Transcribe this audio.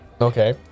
Okay